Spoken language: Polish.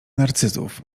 narcyzów